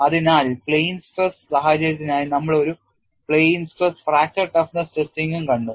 അതിനാൽ plain stress സാഹചര്യത്തിനായി നമ്മൾ ഒരു പ്ലെയിൻ സ്ട്രെസ് ഫ്രാക്ചർ ടഫ്നെസ് ടെസ്റ്റിംഗും കണ്ടു